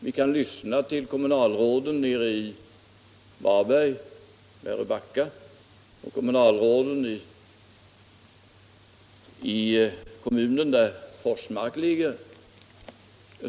Vi kan lyssna till kommunalråden i Varberg, Väröbacka, och kommunalråden i kommunen där Forsmark ligger.